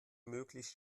möglichst